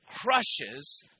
crushes